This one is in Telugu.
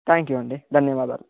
థ్యాంక్యూ అండి ధన్యవాదాలు